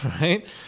right